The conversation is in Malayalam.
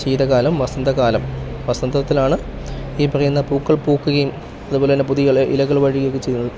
ശീതകാലം വസന്തകാലം വസന്തത്തിലാണ് ഈ പറയുന്ന പൂക്കൾ പൂക്കുകയും അതുപോലെ തന്നെ പുതിയ ഇല ഇലകൾ വഴിയൊക്കെ ചെയ്യുന്നത്